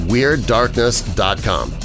WeirdDarkness.com